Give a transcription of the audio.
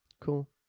Cool